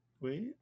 Wait